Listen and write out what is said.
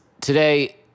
today